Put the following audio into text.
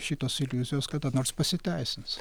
šitos iliuzijos kada nors pasiteisins